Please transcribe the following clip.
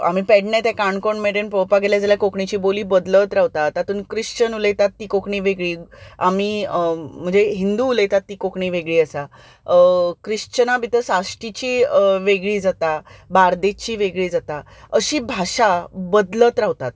आमी पेडणे ते काणकोण मेरेन पळोवपाक गेले जाल्यार कोंकणीची बोली बदलत रावता तातूंत क्रिश्चन उलयतात ती कोंकणी वेगळी आमी म्हणजे हिंदू उलयतात ती कोंकणी वेगळी आसा क्रिश्चनां भितर साश्टीची वेगळी जाता बार्देशची वेगळी जाता अशी भाशा बदलत रावतात